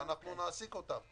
ואנחנו נעסיק אותם.